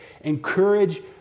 Encourage